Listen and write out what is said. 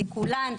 סיכולן.